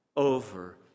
over